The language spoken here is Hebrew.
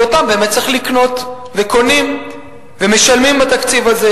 כי אותם באמת צריך לקנות וקונים ומשלמים בתקציב הזה.